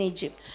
Egypt